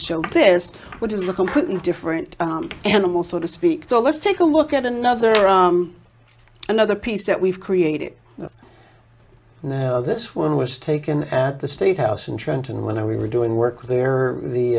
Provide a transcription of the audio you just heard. show this which is a completely different animal so to speak to let's take a look at another on another piece that we've created and this one was taken at the state house in trenton when i we were doing work there the